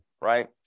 right